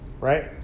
Right